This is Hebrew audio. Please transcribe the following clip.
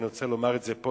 אני רוצה לומר את זה פה,